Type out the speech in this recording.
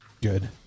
Good